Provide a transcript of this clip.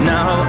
Now